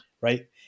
right